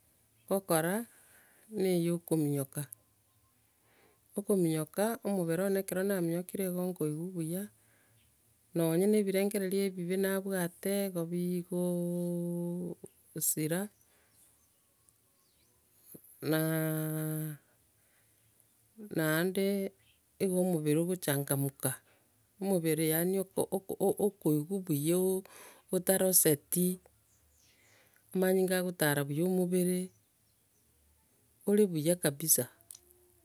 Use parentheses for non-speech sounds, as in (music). Ngokora, buna eiyokominyoka, okominyoka, omobere one ekero naminyokire nigo nkoigwa buya, nonye ne ebirengererio ebibe nabwate, igo bigo (hesitation) sira (hesitation) na (hesitation) naende igo omobere ogochangamka, omobere yaani, o- ok- ok- okoigwa buya otaroseti, amanyinga agotara buya omobere, ore buya kabisa.